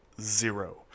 zero